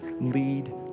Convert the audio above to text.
lead